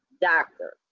doctor